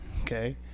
Okay